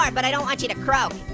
um but i don't want you to croak.